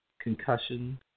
Concussion